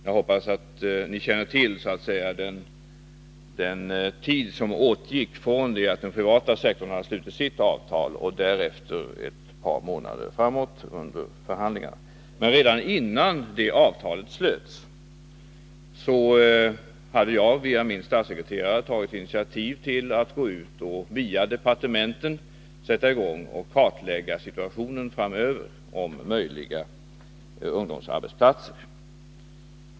Jag hoppas att ni känner till den tid som åtgick från det att den privata sektorn hade slutit sitt avtal och ett par månader framåt under förhandlingarna. Men redan innan det avtalet slöts hade jag genom min statssekreterare tagit initiativ till att gå ut och via departementen sätta i gång och kartlägga situationen framöver beträffande möjliga ungdomsarbetsplatser.